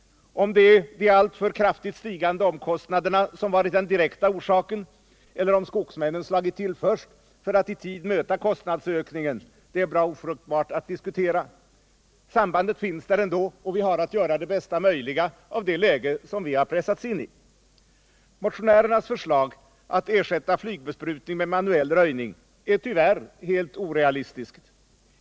Om det är de alltför kraftigt stigande omkostnaderna som varit den direkta orsaken, eller om skogsmännen slagit till först för att i tid möta kostnadsökningen, det är bra ofruktbart att diskutera. Sambandet finns där ändå, och vi har att göra det bästa möjliga av det läge vi pressats in i. Motionärernas förslag att ersätta Nygbesprutning med manuell röjning är tyvärr helt orealistiskt.